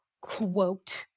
quote